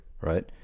Right